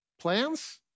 Plans